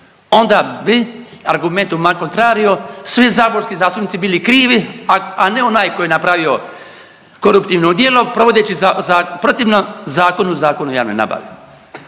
Onda bi argumentum at contrario svi saborski zastupnici bili krivi, a ne onaj koji je napravio koruptivno djelo provodeći protivno Zakonu o javnoj nabavi.